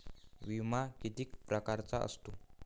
बिमा किती परकारचा असतो?